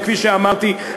וכפי שאמרתי,